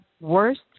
worst